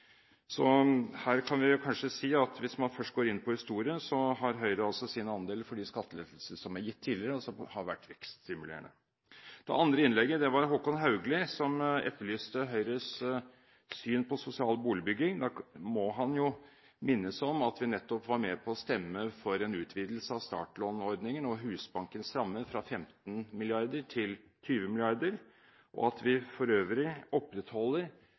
Så her kan vi kanskje si at hvis man først går inn på historie, har Høyre sin andel av de skattelettelser som er gitt tidligere, og som har vært vekststimulerende. Det andre innlegget var av Håkon Haugli, som etterlyste Høyres syn på sosial boligbygging. Da må han minnes om at vi nettopp var med på å stemme for en utvidelse av startlånordningen og Husbankens rammer fra 15 mrd. kr til 20 mrd. kr, og at vi for øvrig opprettholder